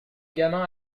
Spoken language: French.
gamin